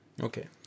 okay